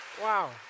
Wow